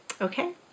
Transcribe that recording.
Okay